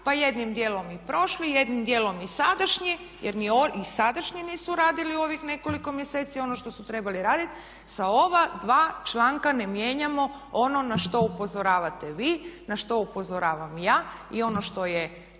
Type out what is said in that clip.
pa jednim dijelom i prošli jednim dijelom i sadašnji jer ni sadašnji nisu radili u ovih nekoliko mjeseci ono što su trebali raditi sa ova dva članka ne mijenjamo ono na što upozoravate vi, na što upozoravam ja i ono što je